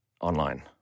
online